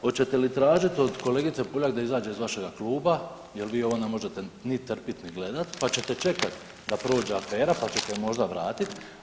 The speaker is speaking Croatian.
Hoćete li tražit od kolegice Puljak da izađe iz vašega kluba jel vi ovo ne možete ni trpit ni gledat pa ćete čekat da prođe afera, pa ćete možda vratit?